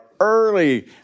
early